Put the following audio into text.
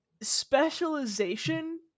specialization